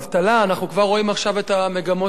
אנחנו כבר רואים עכשיו את המגמות הקיימות.